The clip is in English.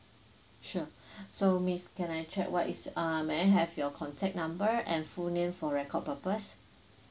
sure so miss can I check what is err may I have your contact number and full name for record purpose